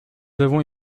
avons